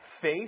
face